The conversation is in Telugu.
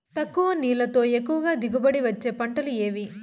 తక్కువ నీళ్లతో ఎక్కువగా దిగుబడి ఇచ్చే పంటలు ఏవి?